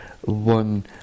one